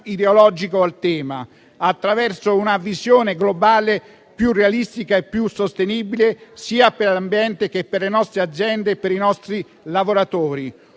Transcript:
ideologico al tema, attraverso una visione globale più realistica e più sostenibile, sia per l'ambiente che per le nostre aziende e per i nostri lavoratori.